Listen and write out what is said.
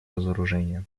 разоружения